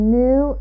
new